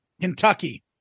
Kentucky